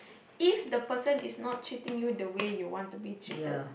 if the person is not treating you the way you want to be treated